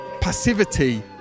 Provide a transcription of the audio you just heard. passivity